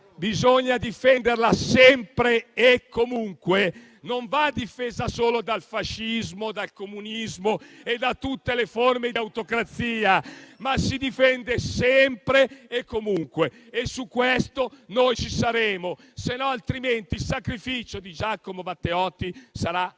bisogna difendere la libertà sempre e comunque, non va difesa solo dal fascismo, dal comunismo e da tutte le forme di autocrazia, ma si difende sempre e comunque. Su questo noi ci saremo, altrimenti il sacrificio di Giacomo Matteotti sarà risultato